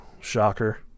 Shocker